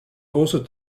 also